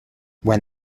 when